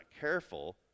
careful